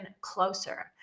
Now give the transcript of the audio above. closer